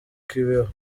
kibeho